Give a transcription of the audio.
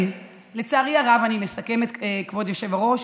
אני מסכמת, כבוד היושב-ראש: